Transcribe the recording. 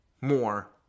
more